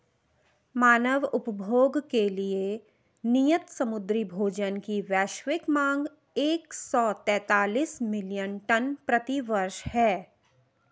मानव उपभोग के लिए नियत समुद्री भोजन की वैश्विक मांग एक सौ तैंतालीस मिलियन टन प्रति वर्ष है